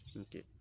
okay